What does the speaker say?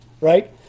right